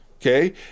okay